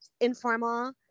informal